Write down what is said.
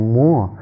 more